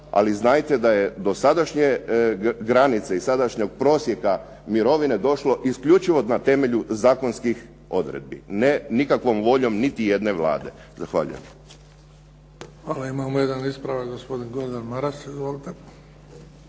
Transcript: ali znajte da je dosadašnje granice i sadašnjeg prosjeka mirovine došlo isključivo na temelju zakonskih odredbi, ne nikakvom voljom niti jedne Vlade. Zahvaljujem. **Bebić, Luka (HDZ)** Hvala. Imamo jedan ispravak, gospodin Gordan Maras, izvolite.